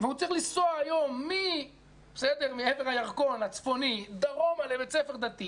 והוא צריך לנסוע היום מעבר הירקון הצפוני דרומה לבית ספר דתי